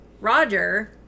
Roger